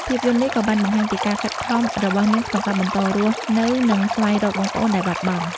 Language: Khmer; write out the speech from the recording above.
ភាពយន្តនេះក៏បានបង្ហាញពីការខិតខំរបស់នាងក្នុងការបន្តរស់នៅ និងស្វែងរកបងប្អូនដែលបាត់បង់។